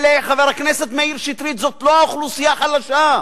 חבר הכנסת מאיר שטרית, זאת לא אוכלוסייה חלשה.